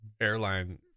Airline